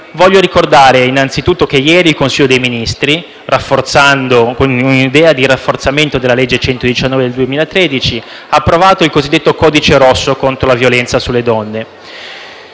Vorrei ricordare che ieri il Consiglio dei ministri, con l'idea di rafforzare la legge n. 119 del 2013, ha approvato il cosiddetto codice rosso contro la violenza sulle donne.